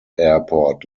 airport